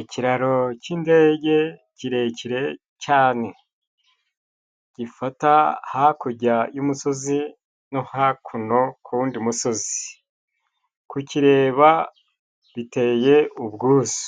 Ikiraro cyi'ndege kirekire cyane, gifata hakurya y'umusozi no hakuno ku wundi musozi, kukireba biteye ubwuzu